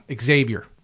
Xavier